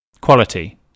Quality